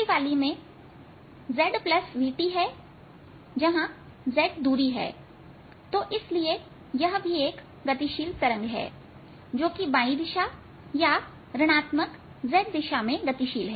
ठीक इसी प्रकार दूसरे वाली में zvt है जहां z दूरी है तो इसलिए यह भी गतिशील तरंग है जो कि बाई दिशा या ऋणात्मक z दिशा में गतिशील है